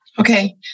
Okay